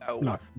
no